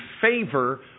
favor